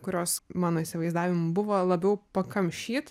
kurios mano įsivaizdavimu buvo labiau pakamšyt